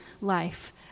life